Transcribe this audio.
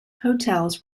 hotels